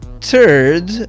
third